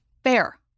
Fair